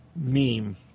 meme